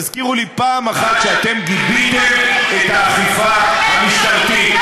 תזכירו לי פעם כניסה של משטרת ישראל לבצע תפיסה של נשק.